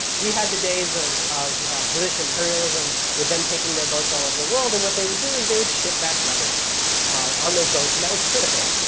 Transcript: we had the days of of british imperialism with them taking their boats all over the world. and what they would do is they would ship back letters on those boats. and that was critical.